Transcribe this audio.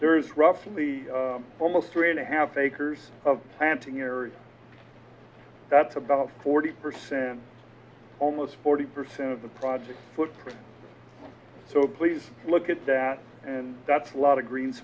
there is roughly almost three and a half acres of planting area that's about forty percent almost forty percent of the project footprint so please look at that and that's a lot of green